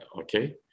Okay